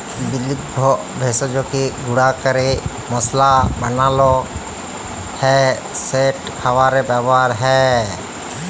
বিভিল্য ভেষজকে গুঁড়া ক্যরে মশলা বানালো হ্যয় যেট খাবারে ব্যাবহার হ্যয়